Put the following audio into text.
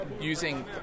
using